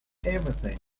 everything